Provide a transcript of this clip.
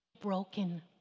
broken